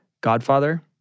godfather